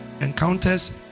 Encounters